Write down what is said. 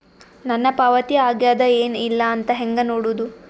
ನನ್ನ ಪಾವತಿ ಆಗ್ಯಾದ ಏನ್ ಇಲ್ಲ ಅಂತ ಹೆಂಗ ನೋಡುದು?